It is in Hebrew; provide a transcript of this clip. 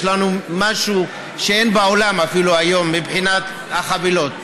יש לנו משהו שאפילו אין היום בעולם מבחינת החבילות.